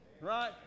Right